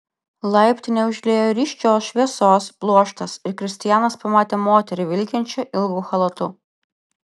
laiptinę užliejo ryškios šviesos pluoštas ir kristianas pamatė moterį vilkinčią ilgu chalatu